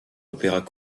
opéras